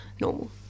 normal